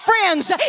friends